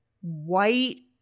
white